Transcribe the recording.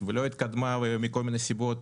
והיא לא התקדמה מכל מיני סיבות